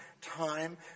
time